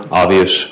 obvious